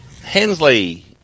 Hensley